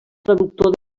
traductor